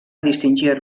distingir